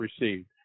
received